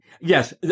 Yes